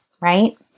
right